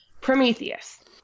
Prometheus